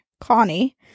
Connie